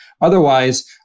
Otherwise